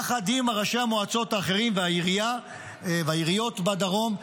יחד עם ראשי המועצות האחרים והעיריות בדרום,